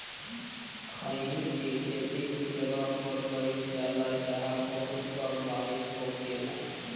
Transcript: खईनी के खेती उ जगह पर कईल जाला जाहां बहुत कम बारिश होखेला